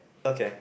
okay